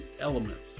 elements